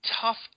tough